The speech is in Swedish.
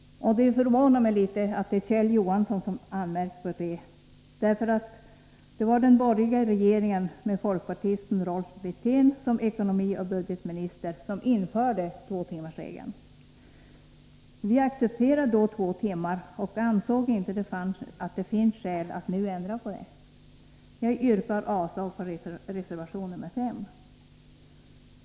Det förvånar mig litet att det är Kjell Johansson som yrkar det. Det var nämligen den borgerliga regeringen med folkpartisten Rolf Wirtén som ekonomioch budgetminister som införde tvåtimmarsregeln. Vi accepterade då två timmar och anser inte att det finns skäl att nu ändra på detta. Jag yrkar avslag på reservation nr 5.